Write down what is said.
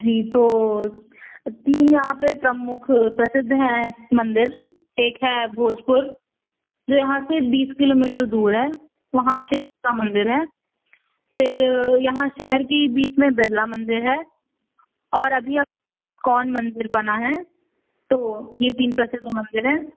जी तो तीन वहाँ के प्रमुख प्रसिद्ध हैं मंदिर एक है भोजपुर जो यहाँ से बीस किलोमीटर दूर है वहाँ शिव का मंदिर है फिर यहाँ शहर की बीच में बिरला मंदिर है और अभी इस्कॉन मंदिर बना है तो ये तीन पैसे दो मंदिर है